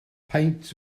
peint